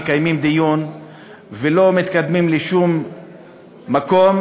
מקיימים דיון ולא מתקדמים לשום מקום,